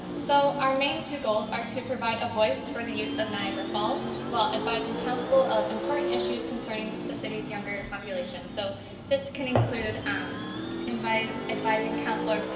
so our main two goals are to provide a voice for the youth of niagara falls while advising council of important issues concerning the city's younger population. so this can include um advising advising council,